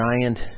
giant